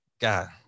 God